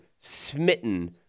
smitten